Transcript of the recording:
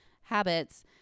habits